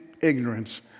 ignorance